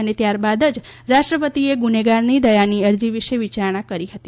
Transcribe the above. અને ત્યારબાદ જ રાષ્ટ્રપતિએ ગુનેગારની દયાની અરજી વિશે વિયારણા કરી હતી